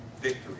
victory